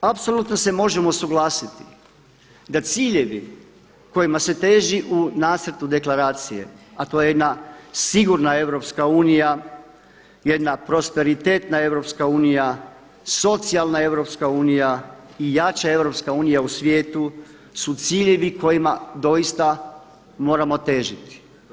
Apsolutno se možemo suglasiti da ciljevi kojima se teži u nacrtu deklaracije, a to je jedna sigurna EU, jedna prosperitetna EU, socijalna EU i jača u svijetu su ciljevi kojima doista moramo težiti.